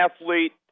athlete